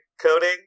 coding